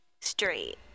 straight